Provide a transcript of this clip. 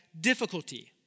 difficulty